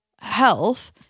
health